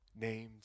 named